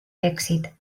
èxit